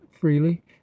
freely